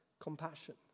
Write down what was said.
compassion